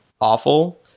awful